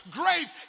great